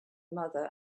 mother